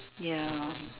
ya